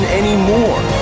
anymore